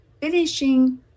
finishing